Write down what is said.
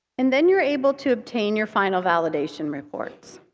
and then you're able to obtain your final validation reports.